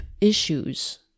issues